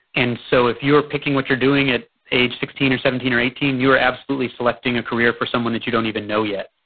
and so if you are picking what you're doing at age sixteen or seventeen or eighteen you're absolutely selecting a career for someone that you don't even know yet.